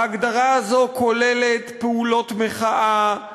ההגדרה הזו כוללת פעולות מחאה,